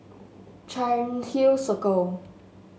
Cairnhill Circle